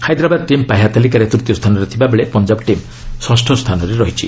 Hyderabad team ପାହ୍ୟା ତାଲିକାରେ ତୂତୀୟ ସ୍ଥାନରେ ଥିବା ବେଳେ ପଞ୍ଜାବ ଟିମ୍ ଷଷ୍ଠ ସ୍ଥାନରେ ଅଛି